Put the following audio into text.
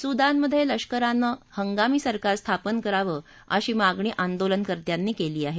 सुदानमधे लष्करानं हंगामी सरकार स्थापन करावं अशी मागणी आंदोलनकर्त्यांनी केली आहे